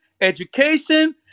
education